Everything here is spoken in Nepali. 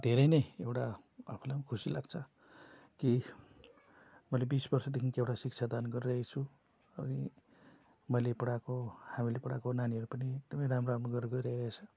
धेरै नै एउटा आफूलाई पनि खुसी लाग्छ कि मैले बिस वर्षदेखि चाहिँ एउटा शिक्षादान गरिरहेको छु है मैले पढाएको हामीले पढाएको नानीहरू पनि एकदमै राम्रो राम्रो गरेर गइरहेको छ